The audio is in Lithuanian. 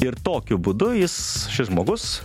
ir tokiu būdu jis šis žmogus